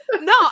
no